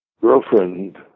girlfriend